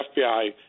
FBI